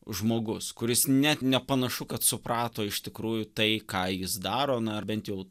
žmogus kuris net nepanašu kad suprato iš tikrųjų tai ką jis daro na ar bent jau